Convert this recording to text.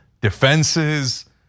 defenses